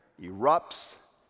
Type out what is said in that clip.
erupts